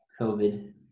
COVID